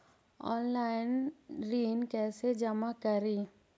Online ऋण कैसे जमा करी?